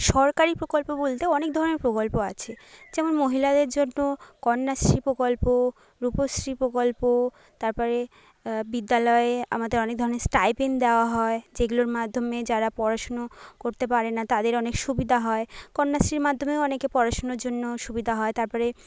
সরকারি প্রকল্প বলতে অনেক ধরণের প্রকল্প আছে যেমন মহিলাদের জন্য কন্যাশ্রী প্রকল্প রূপশ্রী প্রকল্প তারপরে বিদ্যালয়ে আমাদের অনেক ধরণের স্টাইপেন্ড দেওয়া হয় যেগুলোর মাধ্যমে যারা পড়াশুনো করতে পারে না তাদের অনেক সুবিধা হয় কন্যাশ্রীর মাধ্যমেও অনেকের পড়াশুনার জন্য সুবিধা হয় তারপরে